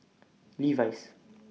Levi's